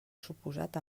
suposat